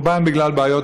אבל יש פסוק מפורש בתורה,